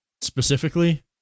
specifically